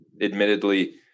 Admittedly